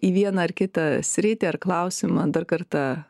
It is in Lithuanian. į vieną ar kitą sritį ar klausimą dar kartą